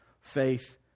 faith